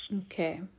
Okay